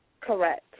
Correct